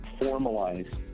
formalize